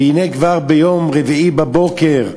15:00, 16:00, והנה כבר ביום רביעי בבוקר,